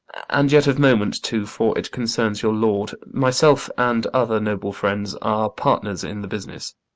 and yet of moment too, for it concerns your lord myself and other noble friends are partners in the business.